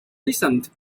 recent